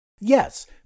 Yes